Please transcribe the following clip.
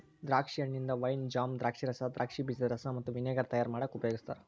ದ್ರಾಕ್ಷಿ ಹಣ್ಣಿಂದ wine, jam, ದ್ರಾಕ್ಷಿರಸ, ದ್ರಾಕ್ಷಿ ಬೇಜದ ರಸ ಮತ್ತ ವಿನೆಗರ್ ತಯಾರ್ ಮಾಡಾಕ ಉಪಯೋಗಸ್ತಾರ